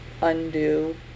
undo